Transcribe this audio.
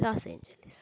Los Angeles